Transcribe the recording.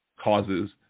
causes